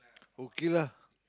okay lah